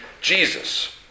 Jesus